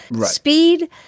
speed